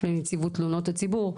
לנציבות תלונות הציבור,